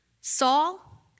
Saul